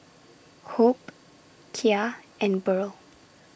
Hope Kya and Burl